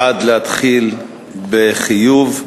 בעד להתחיל בחיוב,